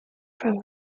from